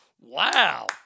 Wow